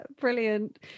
brilliant